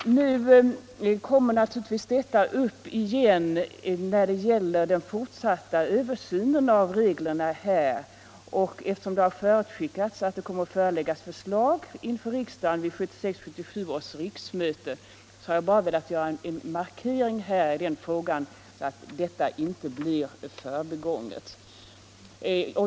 Den här frågan kommer naturligtvis upp igen vid den fortsatta översynen av reglerna. Eftersom det har förutskickats att förslag kommer att föreläggas riksdagen vid 1976/77 års riksmöte har jag nu bara velat göra en markering i frågan så att den inte blir förbigången.